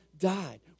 died